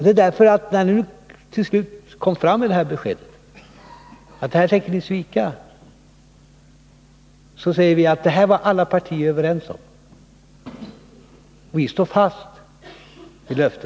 Det är detta som är anledningen till att vi, när vi fick beskedet att ni tänker svika på denna punkt, hänvisar till att alla partier var överens om löftet till pensionärerna och understryker att vi står fast vid detta löfte.